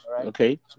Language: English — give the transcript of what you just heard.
Okay